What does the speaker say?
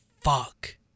fuck